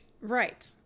Right